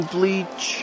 Bleach